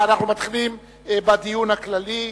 אנחנו מתחילים בדיון הכללי.